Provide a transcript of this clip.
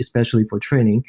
especially for training,